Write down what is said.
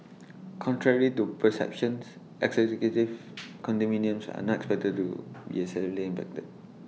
contrary to perceptions executive condominiums are not expected to be as severely impacted